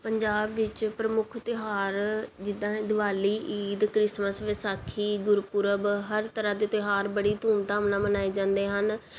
ਪੰਜਾਬ ਵਿੱਚ ਪ੍ਰਮੁੱਖ ਤਿਉਹਾਰ ਜਿੱਦਾਂ ਦੀਵਾਲੀ ਈਦ ਕ੍ਰਿਸਮਸ ਵਿਸਾਖੀ ਗੁਰਪੁਰਬ ਹਰ ਤਰ੍ਹਾਂ ਦੇ ਤਿਉਹਾਰ ਬੜੀ ਧੂਮਧਾਮ ਨਾਲ ਮਨਾਏ ਜਾਂਦੇ ਹਨ